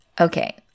Okay